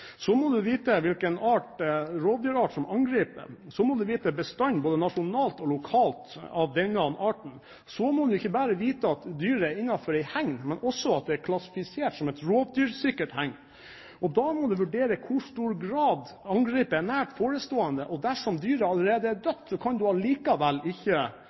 Så må du vite hvilken rovdyrart som angriper. Så må du vite bestand, både nasjonalt og lokalt, av denne arten. Du må ikke bare vite om dyret er innenfor hegn, men også om det er klassifisert som et rovdyrsikkert hegn. Da må du vurdere i hvor stor grad angrepet er nært forestående. Dersom dyret allerede er dødt, kan du allikevel ikke